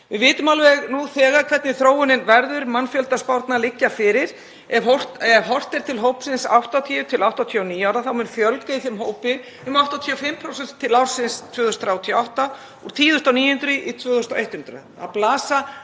Við vitum alveg nú þegar hvernig þróunin verður, mannfjöldaspárnar liggja fyrir. Ef horft er til hópsins 80–89 ára þá mun fjölga í þeim hópi um 85% til ársins 2038, úr 10.900 í 2.100.